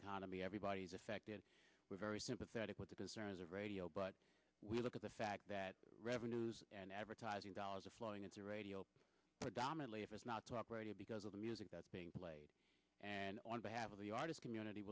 economy everybody's affected we're very sympathetic with the concerns of radio but we look at the fact that revenues and advertising dollars are flowing into radio predominately of us not talk radio because of the music that's being played and on behalf of the artist community